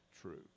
true